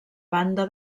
banda